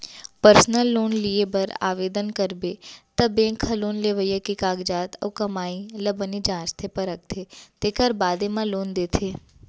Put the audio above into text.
personal loan लिये बर ओवदन करबे त बेंक ह लोन लेवइया के कागजात अउ कमाई ल बने जांचथे परखथे तेकर बादे म लोन देथे